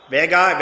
Vega